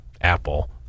Apple